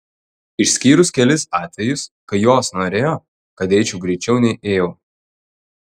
išskyrus kelis atvejus kai jos norėjo kad eičiau greičiau nei ėjau